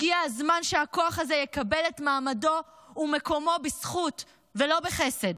הגיע הזמן שהכוח הזה יקבל את מעמדו ומקומו בזכות ולא בחסד.